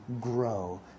grow